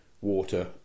water